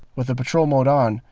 with the patrol mode on,